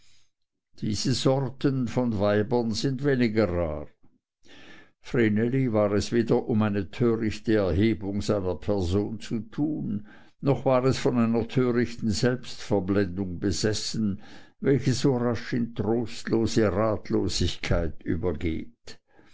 diese sorten von weibern sind weniger rar vreneli war es weder um eine törichte erhebung seiner person zu tun noch war es von einer törichten selbstverblendung besessen welche so rasch in trostlose ratlosigkeit übergeht